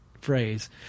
phrase